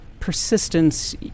persistence